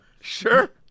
sure